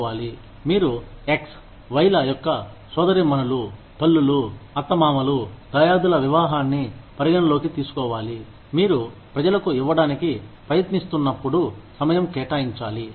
మీరు X Y ల యొక్క సోదరీమణులు తల్లులు అత్తమామలు దాయాదుల వివాహాన్ని పరిగణనలోకి తీసుకోవాలి మీరు ప్రజలకు ఇవ్వడానికి ప్రయత్నిస్తున్నప్పుడు సమయం కేటాయించాలి